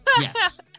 Yes